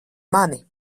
mani